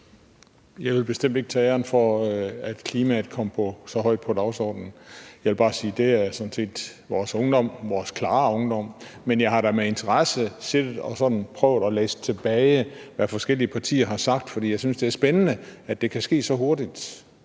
Jeg vil bestemt ikke tage æren for, at klimaet kom så højt på dagsordenen. Jeg vil sige, at det sådan set skyldes vores klare ungdom. Men jeg har da med interesse siddet og sådan prøvet at læse tilbage for at se, hvad forskellige partier har sagt, fordi jeg synes, det er spændende, at det kan ske så hurtigt.